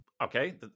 Okay